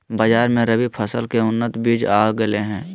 बाजार मे रबी फसल के उन्नत बीज आ गेलय हें